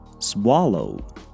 swallow